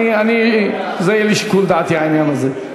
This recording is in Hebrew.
זה יהיה לשיקול דעתי, העניין הזה.